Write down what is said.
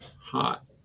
hot